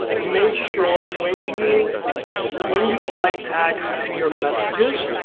make sure when you when you apply tags to your messages,